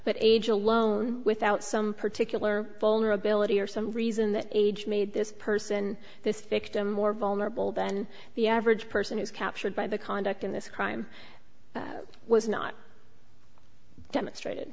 but age alone without some particular vulnerability or some reason that age made this person this victim more vulnerable than the average person is captured by the conduct in this crime was not demonstrated